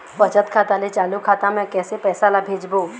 बचत खाता ले चालू खाता मे कैसे पैसा ला भेजबो?